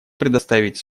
предоставить